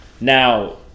Now